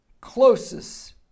closest